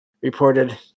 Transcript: reported